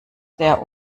der